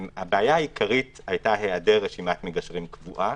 הבעיה העיקרית היתה היעדר רשימת מגשרים קבועה,